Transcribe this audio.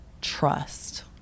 trust